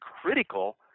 critical